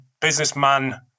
businessman